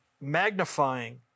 magnifying